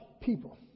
people